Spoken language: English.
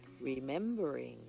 remembering